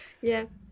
yes